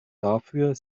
dafür